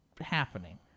happening